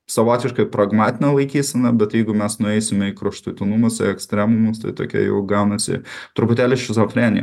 savotiškai pragmatinė laikysena bet jeigu mes nueisime į kraštutinumus į ekstremumus tai tokia jau gaunasi truputėlį šizofrenija